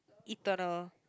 eternal